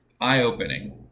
eye-opening